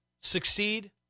succeed